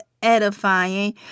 edifying